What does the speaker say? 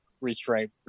restraint